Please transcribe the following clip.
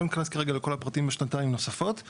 לא ניכנס כרגע לכל הפרטים בשנתיים נוספות,